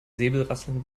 säbelrasseln